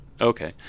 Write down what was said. okay